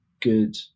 good